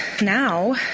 now